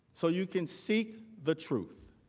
so you can seek the truth,